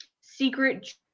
secret